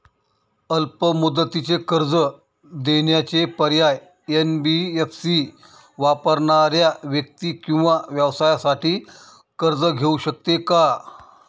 अल्प मुदतीचे कर्ज देण्याचे पर्याय, एन.बी.एफ.सी वापरणाऱ्या व्यक्ती किंवा व्यवसायांसाठी कर्ज घेऊ शकते का?